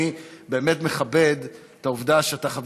אני באמת מכבד את העובדה שאתה חבר